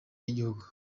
y’igihugu